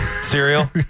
cereal